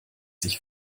sich